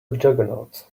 juggernaut